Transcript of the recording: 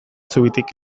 zubitik